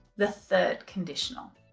the third conditional.